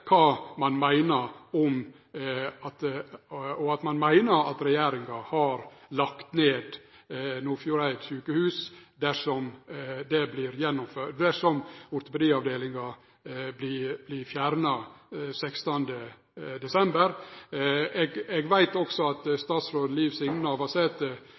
kva ein meiner om det Senterpartiet har vore med på i regjering. Så eg trur ein unisont i Nordfjord meiner at regjeringa har lagt ned Nordfjord sjukehus, dersom ortopediavdelinga vert lagd ned etter 16. desember. Eg veit også at